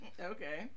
okay